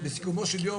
בסיכומו של יום,